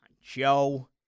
Joe